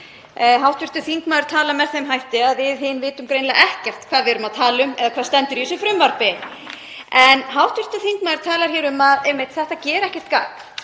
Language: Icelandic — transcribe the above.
Hv. þingmaður talar með þeim hætti að við hin vitum greinilega ekkert hvað við erum að tala um eða hvað stendur í þessu frumvarpi. En hv. þingmaður talar um að þetta frumvarp geri ekkert gagn